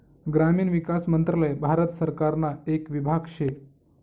ग्रामीण विकास मंत्रालय भारत सरकारना येक विभाग शे